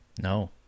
No